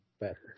better